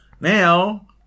Now